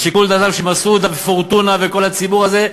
זה שיקול דעת של מסעודה ופורטונה וכל הציבור הזה,